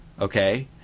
okay